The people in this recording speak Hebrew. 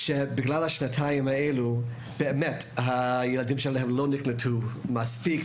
שבגלל השנתיים האלו הילדים שלהם לא נקלטו מספיק.